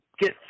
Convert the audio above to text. get